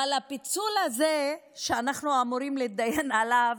אבל הפיצול הזה שאנחנו אמורים להידיין עליו,